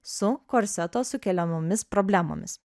su korseto sukeliamomis problemomis